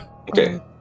Okay